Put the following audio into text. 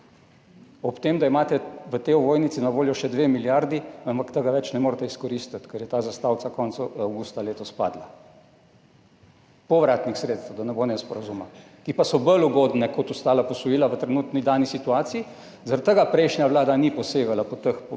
ob tem, da imate v tej ovojnici na voljo še dve milijardi, ampak tega več ne morete izkoristiti, ker je ta zastavica padla konca avgusta letos. Povratnih sredstev, da ne bo nesporazuma, ki pa so bolj ugodna kot ostala posojila v trenutni, dani situaciji. Zaradi tega prejšnja vlada ni posegala po teh povratnih